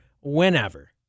whenever